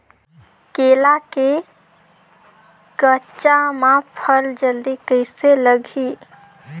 केला के गचा मां फल जल्दी कइसे लगही?